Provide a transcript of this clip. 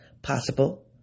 Possible